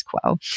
quo